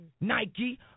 Nike